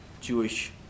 Jewish